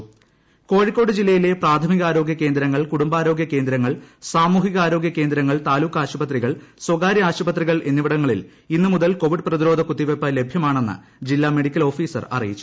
Covid vaccine Kozhikode Kozhikode ജില്ലയിലെ പ്രാഥമികാരോഗ്യ കേന്ദ്രങ്ങൾ കുടുംബാരോഗ്യ കേന്ദ്രങ്ങൾ സാമൂഹികാരോഗൃ കേന്ദ്രങ്ങൾ താലൂക്ക് ആശുപത്രികൾ സ്വകാര്യ ആശുപത്രികൾ എന്നിവിടങ്ങളിൽ ഇന്നുമുതൽ കോവിഡ് പ്രതിരോധ കുത്തിവയ്പ്പ് ലഭൃമാണെന്ന് ജില്ലാ മെഡിക്കൽ ഓഫീസർ അറിയിച്ചു